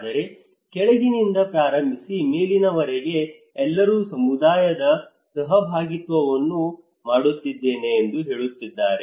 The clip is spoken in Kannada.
ಆದರೆ ಕೆಳಗಿನಿಂದ ಪ್ರಾರಂಭಿಸಿ ಮೇಲಿನವರಿಗೆ ಎಲ್ಲರೂ ಸಮುದಾಯದ ಸಹಭಾಗಿತ್ವವನ್ನು ಮಾಡುತ್ತಿದ್ದೇನೆ ಎಂದು ಹೇಳುತ್ತಿದ್ದಾರೆ